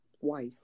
wife